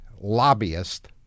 lobbyist